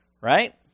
right